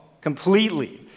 completely